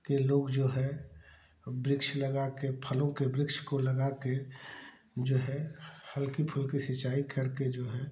के लोग जो हैं वृक्ष लगा के फलों के वृक्ष को लगा के जो है हल्की फुल्की सिंचाई करके जो है